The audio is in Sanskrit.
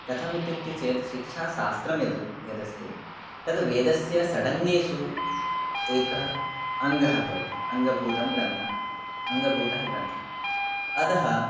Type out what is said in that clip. कथमित्युक्ते चेत् शिक्षाशात्रं यद् यदस्ति तद् वेदस्य षङङ्गेषु एकः अङ्गः भवति अङ्गभूतः ग्रन्थः अङ्गभूतः ग्रन्थः अतः